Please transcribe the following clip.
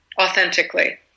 authentically